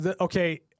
Okay